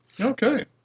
Okay